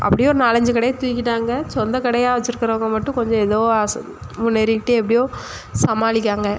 அப்படியே ஒரு நாலஞ்சு கடையை தூக்கிவிட்டாங்க சொந்த கடையாக வச்சுருக்குறவங்க மட்டும் கொஞ்சம் ஏதோ அசல் முன்னேறிக்கிட்டே எப்படியோ சமாளிக்காங்க